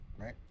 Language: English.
right